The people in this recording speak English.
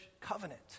covenant